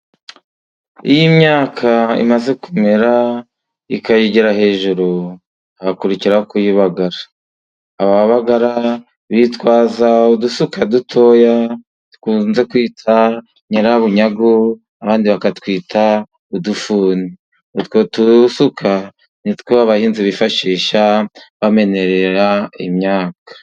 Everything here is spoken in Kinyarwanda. Iyo myaka imaze kumera ikayigera hejuru ,hakurikiraho kuyibagara, ababagara bitwaza udusuka dutoya dukunze kwita nyirabunyagu, abandi bakatwita udufuni, utwo dusuka ni two abahinzi bifashisha bamenerera imyaka.